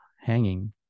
hanging